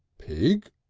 pig!